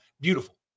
Beautiful